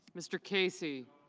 mr. casey.